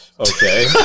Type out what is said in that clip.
Okay